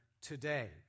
today